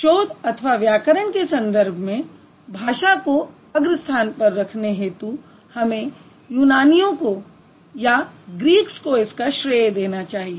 शोध अथवा व्याकरण के संदर्भ में भाषा को अग्र स्थान पर रखने हेतु हमें यूनानियों को इसका श्रेय देना चाहिए